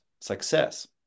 success